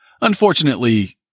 Unfortunately